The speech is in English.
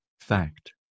fact